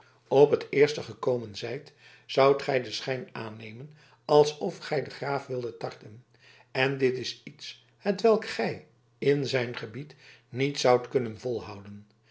op het eerste gekomen zijt zoudt gij den schijn aannemen alsof gij den graaf wildet tarten en dit is iets hetwelk gij in zijn gebied niet zoudt kunnen volhouden